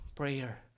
Prayer